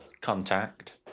Contact